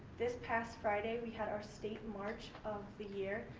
this past friday, we had our state march of the year,